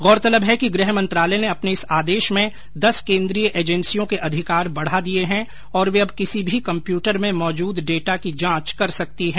गौरतलब है कि गृह मंत्रालय ने अपने इस आदेश में दस केन्द्रीय एजेंसियों के अधिकार बढ़ा दिये हैं और वे अब किसी भी कम्प्यूटर में मौजूद डेटा की जांच कर सकती है